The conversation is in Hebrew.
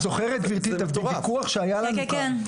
את זוכרת גבירתי את הויכוח שהיה לנו כאן,